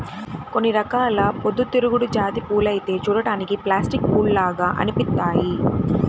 కొన్ని రకాల పొద్దుతిరుగుడు జాతి పూలైతే చూడ్డానికి ప్లాస్టిక్ పూల్లాగా అనిపిత్తయ్యి